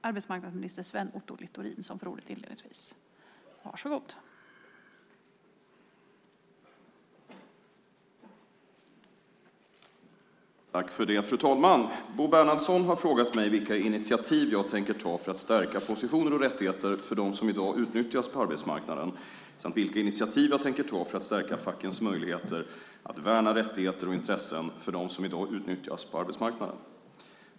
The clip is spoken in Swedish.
Fru talman! Bo Bernhardsson har frågat mig vilka initiativ jag tänker ta för att stärka positioner och rättigheter för dem som i dag utnyttjas på arbetsmarknaden samt vilka initiativ jag tänker ta för att stärka fackens möjligheter att värna rättigheter och intressen för dem som i dag utnyttjas på arbetsmarknaden.